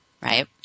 Right